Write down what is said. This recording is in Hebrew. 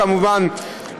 כמובן,